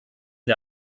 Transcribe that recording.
der